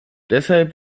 deshalb